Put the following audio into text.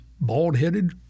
bald-headed